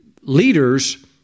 leaders